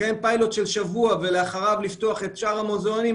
לקיים פיילוט של שבוע ולאחריו לפתוח את שאר המוזיאונים,